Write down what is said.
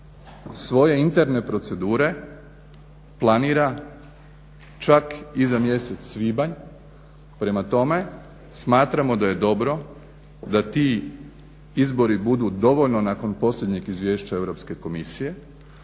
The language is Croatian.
svoje interne procedure planira čak i za mjesec svibanj, prema tome smatramo da je dobro da ti izbori budu dovoljno nakon posljednjeg izvješća Europske komisije,